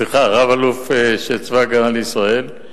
רב-אלוף של צבא-הגנה לישראל.